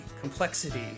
complexity